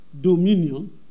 dominion